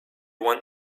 want